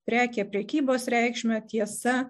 prekė prekybos reikšmę tiesa